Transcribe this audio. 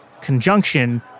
conjunction